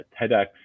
tedx